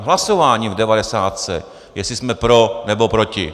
Hlasováním v devadesátce, jestli jsme pro, nebo proti.